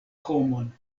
homon